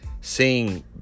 seeing